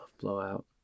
Blowout